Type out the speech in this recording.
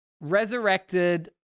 resurrected